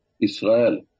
Israel